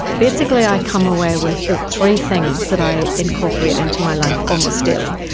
basically i come away with ah three things that i incorporate into my life almost daily.